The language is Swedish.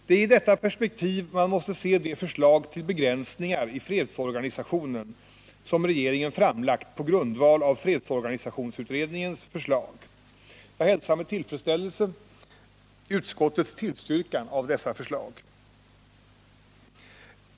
Det är i detta perspektiv man måste se de förslag till begränsningar i fredsorganisationen som regeringen framlagt på grundval av fredsorganisationsutredningens förslag. Jag hälsar med tillfredsställelse utskottets tillstyrkan av dessa förslag.